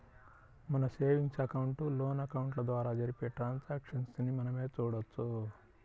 మన savings account, loan అకౌంట్ల ద్వారా జరిపే ట్రాన్సాక్షన్స్ ని మనమే చూడొచ్చు